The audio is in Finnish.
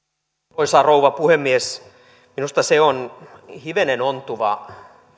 arvoisa rouva puhemies minusta on hivenen ontuva